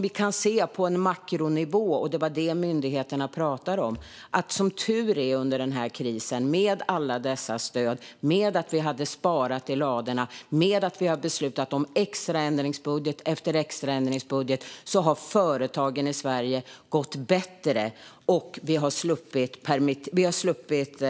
Vi kan se på makronivå - det var det myndigheterna pratade om - att företagen i Sverige som tur är tack vare alla dessa stöd, att vi hade sparat i ladorna och att vi har beslutat om extraändringsbudget efter extraändringsbudget, har gått bättre under den här krisen. Vi har sluppit